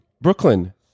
Brooklyn